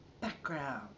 background